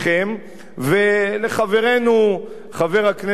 ולחברנו חבר הכנסת שאול מופז,